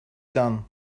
done